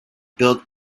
build